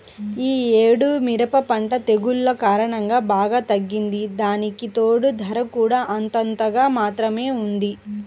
యీ యేడు మిరప పంట తెగుల్ల కారణంగా బాగా తగ్గింది, దానికితోడూ ధర కూడా అంతంత మాత్రంగానే ఉంది